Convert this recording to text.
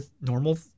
normal